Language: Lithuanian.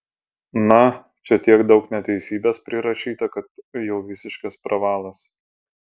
na čia tiek daug neteisybės prirašyta kad jau visiškas pravalas